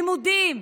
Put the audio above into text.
לימודים,